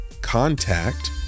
contact